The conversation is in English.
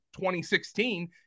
2016